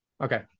Okay